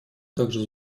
также